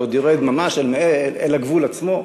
שעוד יורד ממש אל הגבול עצמו.